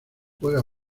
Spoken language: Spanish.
juega